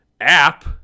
app